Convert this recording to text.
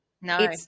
No